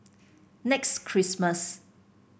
Next Christmas